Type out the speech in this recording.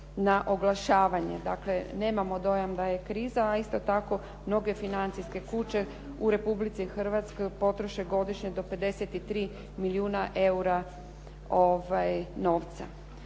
na oglašavanje. Dakle, nemamo dojam da je kriza, a isto tako mnoge financijske kuće u Republici Hrvatskoj potroše godišnje do 53 milijuna eura novca.